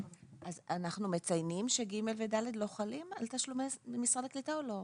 אז אנחנו מציינים ש-(ג) ו-(ד) לא חלים על תשלומי משרד הקליטה או לא?